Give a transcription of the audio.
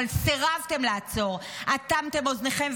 אבל סירבתם לעצור, אטמתם אוזניכם.